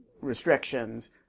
restrictions